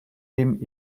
dem